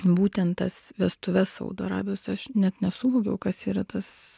būtent tas vestuves saudo arabijos aš net nesuvokiau kas yra tas